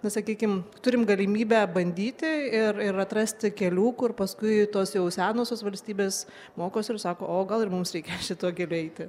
na sakykim turim galimybę bandyti ir ir atrasti kelių kur paskui tos jau senosios valstybės mokosi ir sako o gal ir mums reikia šituo keliu eiti